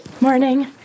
Morning